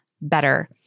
better